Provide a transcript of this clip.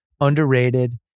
underrated